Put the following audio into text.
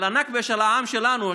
על הנכבה של העם שלנו,